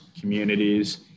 communities